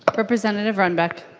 ah representative runbeck